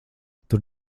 tur